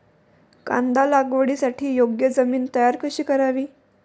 कांदा लागवडीसाठी योग्य जमीन तयार कशी करावी?